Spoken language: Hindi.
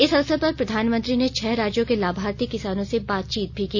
इस अवसर पर प्रधानमंत्री ने छह राज्यों के लाभार्थी किसानों से बातचीत भी की